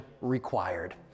required